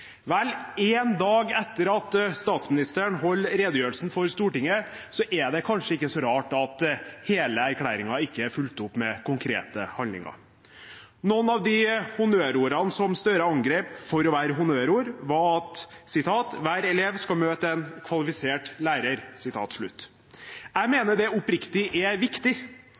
Vel, én dag etter at statsministeren holdt redegjørelsen for Stortinget, er det kanskje ikke så rart at ikke hele erklæringen er fulgt opp med konkrete handlinger. Noen av de honnørordene som Gahr Støre angrep for å være honnørord, var at hver elev skal møte en kvalifisert lærer. Jeg mener oppriktig det er viktig